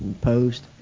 Post